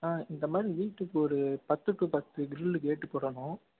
ஆ இந்த மாதிரி வீட்டுக்கு ஒரு பத்துக்கு பத்து கிரில்லு கேட்டு போடணும்